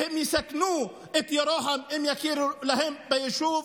שהם יסכנו את ירוחם אם יכירו להם ביישוב,